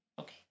Okay